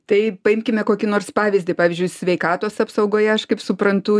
tai paimkime kokį nors pavyzdį pavyzdžiui sveikatos apsaugoje aš kaip suprantu